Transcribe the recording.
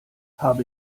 habe